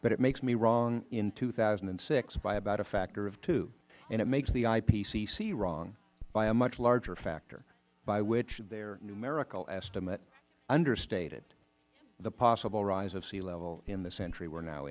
but it makes me wrong in two thousand and six by about a factor of two and it makes the ipcc wrong by a much larger factor by which their numerical estimate understated the possible rise of sea level in the century we are now